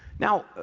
now,